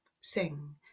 sing